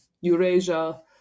Eurasia